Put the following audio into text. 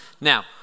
Now